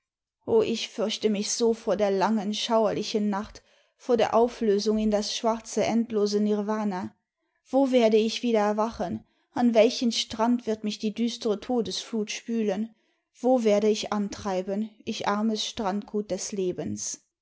o ich fürchte mich so vor der langen schauerlichen nacht vor der auflösung in das schwarze endlose nirwana wo werde ich wieder erwachen an welchen strand wird mich die düstere todesflut spülen wo werde ich antreiben ich armes strandgut des lebens